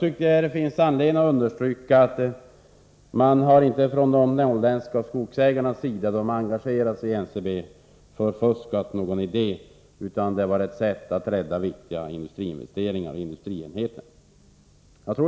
Det finns anledning att understryka att de Torsdagen den norrländska skogsägarna inte har förfuskat någon idé då de har engagerat sig 22 mars 1984 i NCB. Det gällde att rädda viktiga industrienheter och gjorda investeringar.